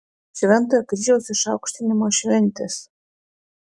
šventojo kryžiaus išaukštinimo šventės